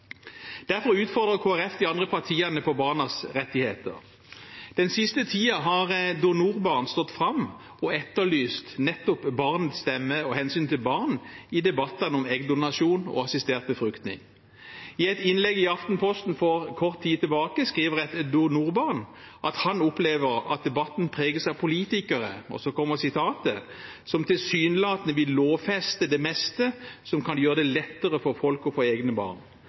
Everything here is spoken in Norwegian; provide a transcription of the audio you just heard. Derfor utfordrer Kristelig Folkeparti de andre partiene på barnas rettigheter. Den siste tiden har donorbarn stått fram og etterlyst nettopp barns stemme og hensynet til barn i debattene om eggdonasjon og assistert befruktning. I et innlegg i Aftenposten for kort tid tilbake skriver et donorbarn at han opplever at debatten preges av politikere «som tilsynelatende vil lovfeste det meste som kan gjøre det lettere for folk å få egne barn.